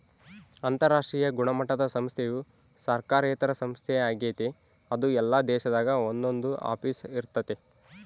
ಅಂತರಾಷ್ಟ್ರೀಯ ಗುಣಮಟ್ಟುದ ಸಂಸ್ಥೆಯು ಸರ್ಕಾರೇತರ ಸಂಸ್ಥೆ ಆಗೆತೆ ಅದು ಎಲ್ಲಾ ದೇಶದಾಗ ಒಂದೊಂದು ಆಫೀಸ್ ಇರ್ತತೆ